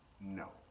no